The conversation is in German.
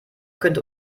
könnte